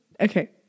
Okay